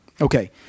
Okay